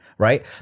right